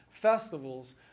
festivals